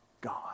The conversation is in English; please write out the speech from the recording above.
God